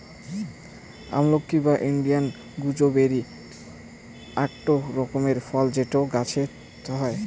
আমলকি বা Indian gooseberry আকটো রকমকার ফল যেটো গাছে থুই